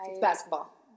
basketball